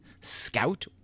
scout